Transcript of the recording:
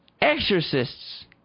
exorcists